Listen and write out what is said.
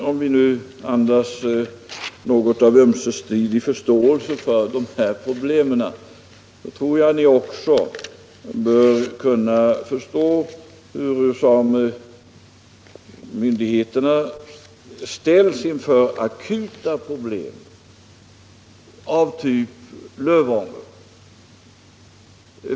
Om vi nu andas något av ömsesidig förståelse för dessa problem, så tror jag att ni också bör kunna förstå oss när myndigheterna ställs inför akuta problem av typ Lövånger.